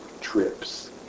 trips